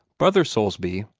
brother soulsby,